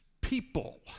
people